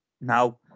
Now